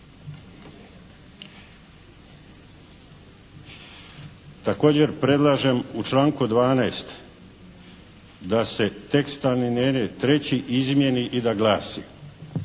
Također predlažem u članku 12. da se tekst alineje 3. izmijeni i da glasi: